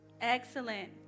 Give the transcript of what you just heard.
Excellent